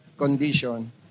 Condition